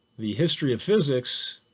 the history of physics,